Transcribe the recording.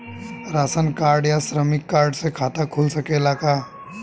Ration card या श्रमिक card से खाता खुल सकेला का?